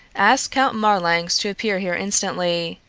ask count marlanx to appear here instantly.